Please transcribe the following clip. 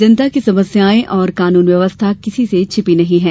जनता की समस्याएं और कानून व्यवस्था किसी से छूपी नहीं है